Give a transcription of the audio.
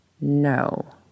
No